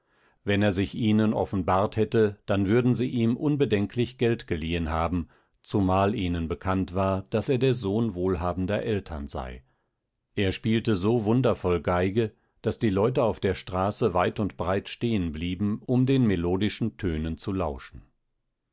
wenn er sich ihnen offenbart hätte dann würden sie ihm unbedenklich geld geliehen haben zumal ihnen bekannt war daß er der sohn wohlhabender eltern sei er spielte so wundervoll geige daß die leute auf der straße weit und breit stehen blieben um den melodischen tönen zu lauschen